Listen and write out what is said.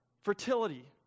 Fertility